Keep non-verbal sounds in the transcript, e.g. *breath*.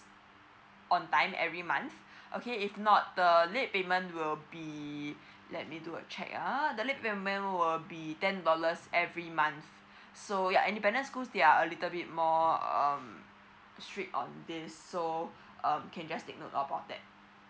on time every month okay if not the late payment will be *breath* let me do a check ah the late payment will be ten dollars every month *breath* so ya indepedent schools there are a little bit more um strict on this so *breath* um can just take note about that